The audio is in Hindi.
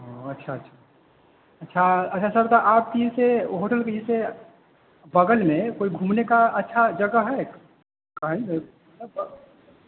हाँ अच्छा अच्छा अच्छा अच्छा सर तो आपकी से होटल की जैसे बगल में कोई घूमने का अच्छा जगह है का है ना